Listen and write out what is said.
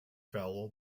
vowel